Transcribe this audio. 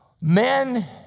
men